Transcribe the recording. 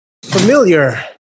Familiar